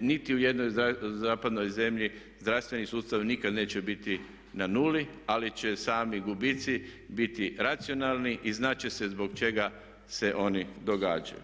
niti u jednoj zapadnoj zemlji zdravstveni sustav nikad neće biti na nuli ali će sami gubici biti racionalni i znati će se razlog zbog čega se oni događaju.